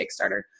Kickstarter